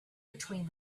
between